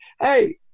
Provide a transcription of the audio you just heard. hey